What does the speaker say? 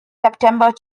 september